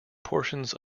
portions